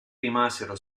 rimasero